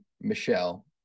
michelle